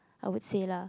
I would say lah